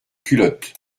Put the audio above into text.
culotte